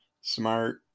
smart